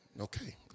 Okay